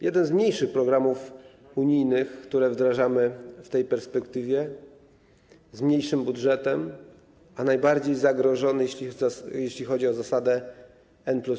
Jeden z mniejszych programów unijnych, które wdrażamy w tej perspektywie, z mniejszym budżetem, a najbardziej zagrożony, jeśli chodzi o zasadę n+3.